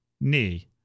knee